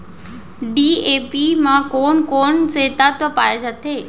DAP म कोन कोन से तत्व पाए जाथे?